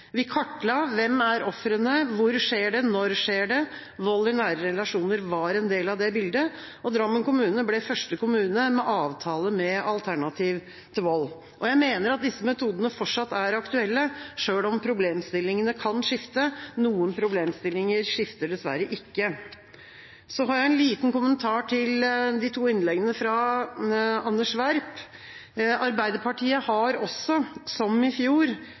Vi kartla: Hvem er ofrene? Hvor skjer det? Når skjer det? Vold i nære relasjoner var en del av det bildet. Drammen kommune ble første kommune med avtale med Alternativ til Vold. Jeg mener at disse metodene fortsatt er aktuelle, selv om problemstillingene kan skifte. Noen problemstillinger skifter dessverre ikke. Så har jeg en liten kommentar til de to innleggene fra Anders B. Werp. Arbeiderpartiet har også, som i fjor,